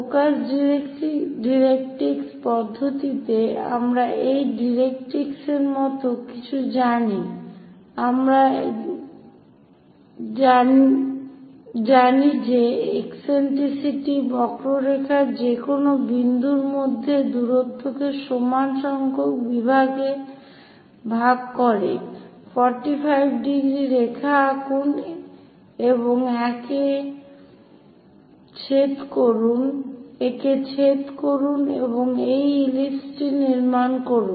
focus directrix পদ্ধতিতে আমরা একটি ডাইরেক্ট্রিক্সের মতো কিছু জানি আমরা জানিযে eccentricity বক্ররেখার যেকোনো বিন্দুর মধ্যে দূরত্বকে সমান সংখ্যক বিভাগ দ্বারা ভাগ করে 45 ° রেখা আঁকুন এবং একে ছেদ করুন এবং এই ইলিপস টি নির্মাণ করুন